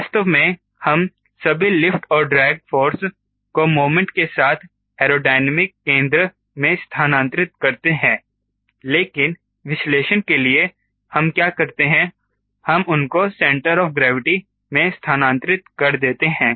वास्तव में हम सभी लिफ्ट और ड्रैग फोर्स को मोमेंट के साथ एयरोडायनामिक केंद्र में स्थानांतरित करते हैं लेकिन विश्लेषण के लिए कि हम क्या करते हैं हम उनको सेंटर ऑफ ग्रेविटी में स्थानांतरित कर देते हैं